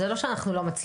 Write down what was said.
זה לא שאנחנו לא מצליחים.